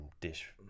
dish